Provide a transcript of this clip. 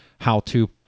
how-to